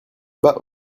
bas